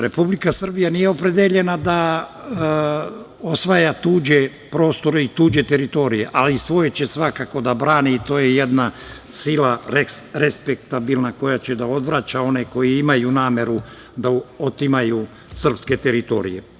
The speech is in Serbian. Republika Srbija nije opredeljena da osvaja tuđe prostore i tuđe teritorije, ali svoju će svakako da brani i to je jedna sila respektabilna koja će da odvraća one koji imaju nameru da otimaju srpske teritorije.